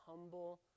humble